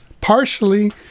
Partially